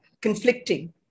conflicting